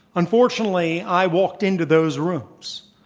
unfortunately, i walked in to those rooms.